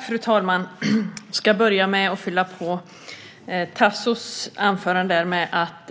Fru talman! Jag ska börja med att fylla på Tassos anförande med att